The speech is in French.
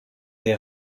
des